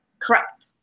Correct